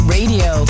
Radio